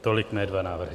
Tolik mé dva návrhy.